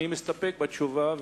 אני מסתפק בתשובה,